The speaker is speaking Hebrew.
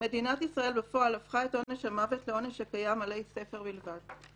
"מדינת ישראל בפועל הפכה את עונש המוות לעונש שקיים עלי ספר בלבד.